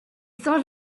thought